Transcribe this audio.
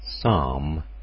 Psalm